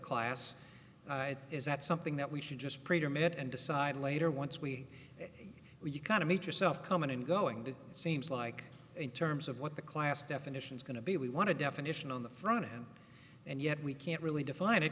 class is that something that we should just preterm it and decide later once we you kind of meet yourself coming and going to seems like in terms of what the class definition is going to be we want to definition on the front end and yet we can't really define it